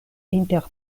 inter